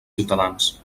ciutadans